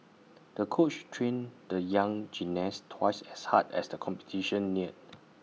the coach trained the young gymnast twice as hard as the competition neared